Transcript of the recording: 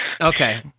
Okay